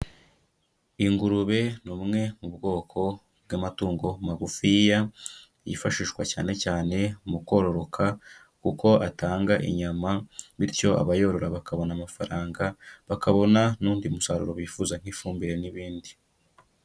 Ingurube ni bumwe mu bwoko bw'amatungo magufiya, yifashishwa cyane cyane mu kororoka, kuko atanga inyama, bityo abayorora bakabona amafaranga, bakabona n'undi musaruro bifuza nk'ifumbire n'ibindi.